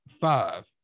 five